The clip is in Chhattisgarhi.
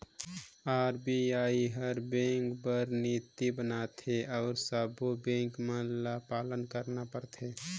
आर.बी.आई हर बेंक बर नीति बनाथे अउ सब्बों बेंक मन ल पालन करना परथे